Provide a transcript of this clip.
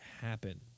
happen